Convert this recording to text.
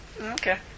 Okay